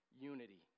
Unity